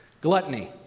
Gluttony